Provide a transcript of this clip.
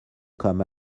come